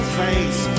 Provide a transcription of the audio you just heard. face